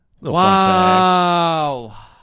Wow